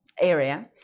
area